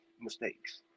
mistakes